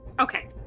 Okay